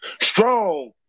Strong